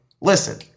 Listen